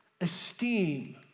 esteem